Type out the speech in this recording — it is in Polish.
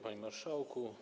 Panie Marszałku!